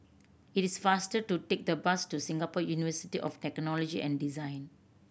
it is faster to take the bus to Singapore University of Technology and Design